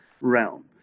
realm